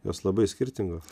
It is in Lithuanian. jos labai skirtingos